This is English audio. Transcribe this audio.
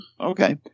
Okay